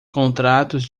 contratos